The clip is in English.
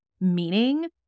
meaning